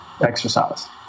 exercise